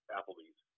Applebee's